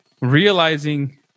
realizing